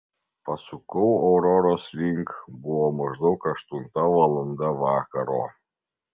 pasukau auroros link buvo maždaug aštunta valanda vakaro